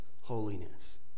holiness